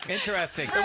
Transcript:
Interesting